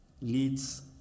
leads